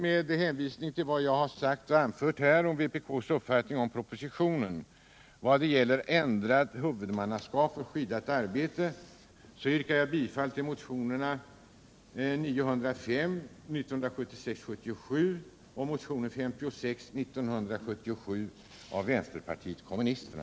Med hänvisning till vad som här anförts om vpk:s uppfattning om propositionen vad gäller ändrat huvudmannaskap för skyddat arbete yrkar jag bifall till motionerna 1976 78:56 från vänsterpartiet kommunisterna.